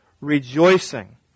rejoicing